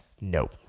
no